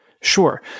Sure